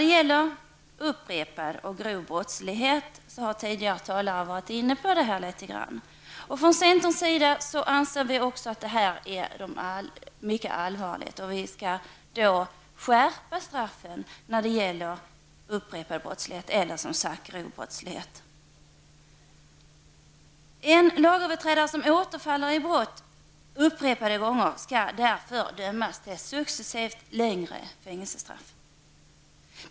Tidigare talare har varit inne på det här när det talat om upprep och grov brottslighet. Från centerns sida anser vi också att upprepad eller grov brottslighet är mycket allvarlig och att vi skall skärpa straffen för sådan brottslighet. En lagöverträdare som återfaller i brott upprepade gånger skall därför dömas till successivt längre fängelsestraff.